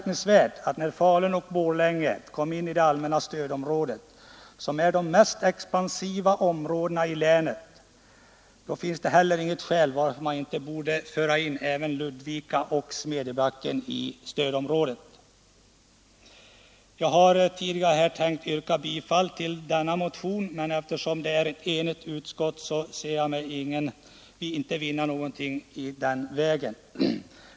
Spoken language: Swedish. När Falun och Borlänge, som är de mest expansiva områdena i länet, kom in i allmänna stödområdet, finns det inget skäl till att inte föra in även Ludvika och Smedjebacken. Jag hade tidigare tänkt yrka bifall till denna motion, men eftersom utskottet är enigt i sitt avstyrkande ser jag mig inte vinna någonting med detta.